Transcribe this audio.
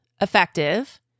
effective